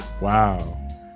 Wow